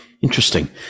Interesting